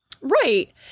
Right